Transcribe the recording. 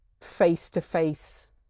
face-to-face